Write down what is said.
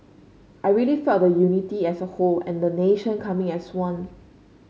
I really felt the unity as a whole and the nation coming as one